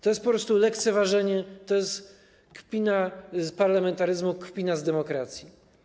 To jest po prostu lekceważenie, to jest kpina z parlamentaryzmu, kpina z demokracji.